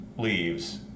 leaves